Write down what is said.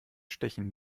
stechen